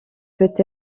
peut